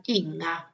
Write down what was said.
inga